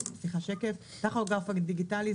הטכוגרף הדיגיטלי,